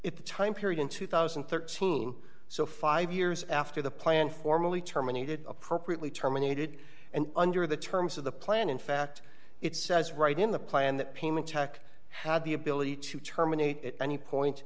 the time period in two thousand and thirteen so five years after the plan formally terminated appropriately terminated and under the terms of the plan in fact it says right in the plan that payment tech had the ability to terminate at any point